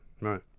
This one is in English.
right